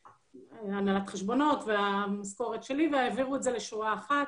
הנהלת חשבונות והמשכורת שלי והעבירו את זה לשורה אחת.